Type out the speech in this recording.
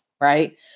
Right